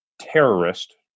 terrorist